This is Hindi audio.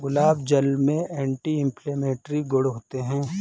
गुलाब जल में एंटी इन्फ्लेमेटरी गुण होते हैं